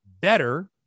better